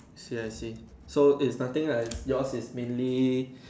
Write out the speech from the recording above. see I see so is nothing that's yours is mainly